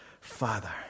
Father